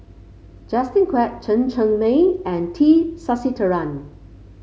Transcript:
Justin Quek Chen Cheng Mei and T Sasitharan